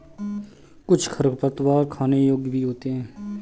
कुछ खरपतवार खाने योग्य भी होते हैं